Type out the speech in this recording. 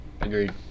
Agreed